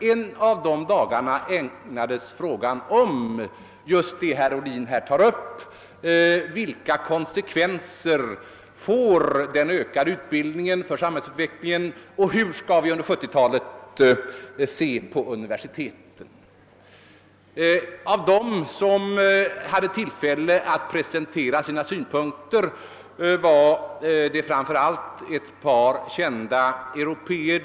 En av dagarna ägnades åt att diskutera just den fråga som herr Ohlin tog upp, nämligen: Vilka konsekvenser får den ökade utbildningen för samhällsutvecklingen, och hur skall vi under 1970-talet se på universiteten? Av dem som då hade tillfälle att framföra sina synpunkter vill jag här nämna två kända européer.